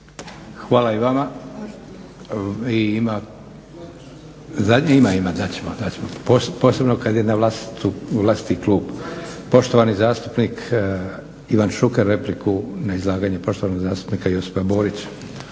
Hvala i vama. Dat ćemo posebno kad je na vlastiti klub, poštovani zastupnik Ivan Šuker repliku na izlaganje poštovanog zastupnika Josipa Borića.